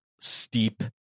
steep